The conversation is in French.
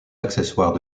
accessoires